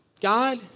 God